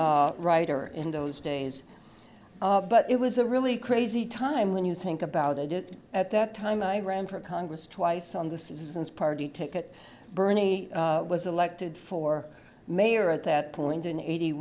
writer in those days but it was a really crazy time when you think about it at that time i ran for congress twice on the citizens party ticket bernie was elected for mayor at that point in eighty